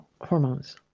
hormones